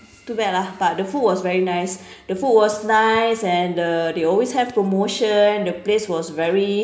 too bad lah but the food was very nice the food was nice and uh they always have promotion the place was very